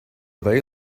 they